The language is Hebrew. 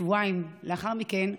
שבועיים לאחר מכן,